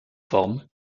formes